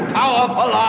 powerful